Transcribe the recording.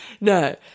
No